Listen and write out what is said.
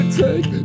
take